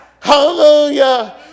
Hallelujah